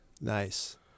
Nice